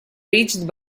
reached